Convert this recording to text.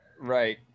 Right